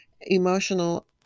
emotional